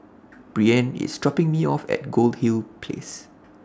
Breann IS dropping Me off At Goldhill Place